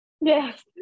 Yes